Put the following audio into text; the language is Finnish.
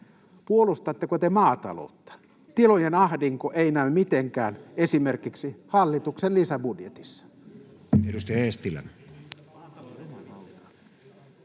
Puolustatteko te maataloutta? Tilojen ahdinko ei näy mitenkään esimerkiksi hallituksen lisäbudjetissa.